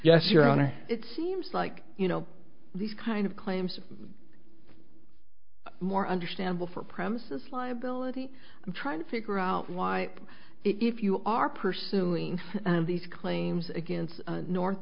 yes your honor it seems like you know these kind of claims more understandable for premises liability i'm trying to figure out why if you are pursuing these claims against